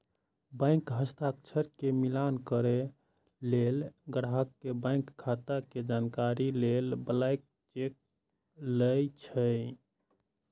bank हस्ताक्षर के मिलान करै लेल, ग्राहक के बैंक खाता के जानकारी लेल ब्लैंक चेक लए छै